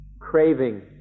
craving